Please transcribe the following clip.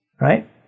right